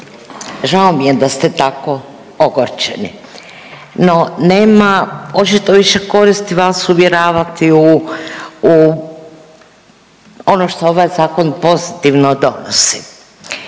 žao mi je da ste tako ogorčeni, no nema očito više koristi vas uvjeravati u, u ono što ovaj zakon pozitivno donosi,